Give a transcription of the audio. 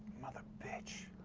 mother bitch.